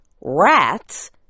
rats